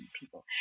people